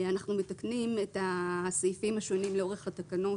אנחנו מתקנים את הסעיפים השונים לאורך התקנות